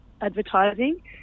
advertising